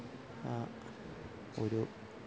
ഒരു